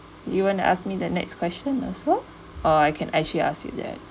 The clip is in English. you want to ask me the next question also or I can actually ask you that